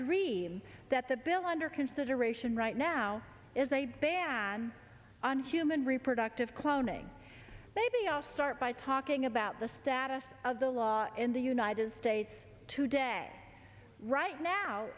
dreamed that the bill under consideration right now is a ban on human reproductive cloning maybe i'll start by talking about the status of the law in the united states today right now